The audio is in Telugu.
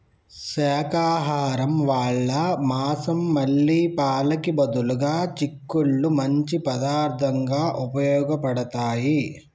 శాకాహరం వాళ్ళ మాంసం మళ్ళీ పాలకి బదులుగా చిక్కుళ్ళు మంచి పదార్థంగా ఉపయోగబడతాయి